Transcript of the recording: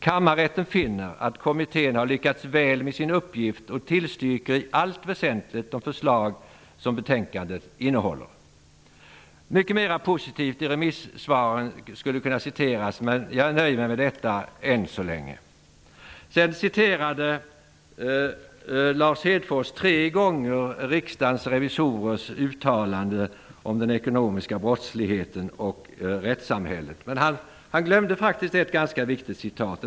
Kammarrätten finner att kommittén har lyckats väl med sin uppgift och tillstyrker i allt väsentligt de förslag som betänkandet innehåller.'' Mycket mer positivt i remissvaren skulle kunna citeras, men jag nöjer mig med detta så länge. Lars Hedfors citerade tre gånger riksdagens revisorers uttalande om den ekonomiska brottsligheten och rättssamhället. Han glömde ett ganska viktigt citat.